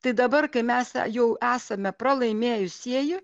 tai dabar kai mes jau esame pralaimėjusieji